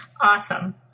Awesome